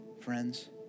friends